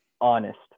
honest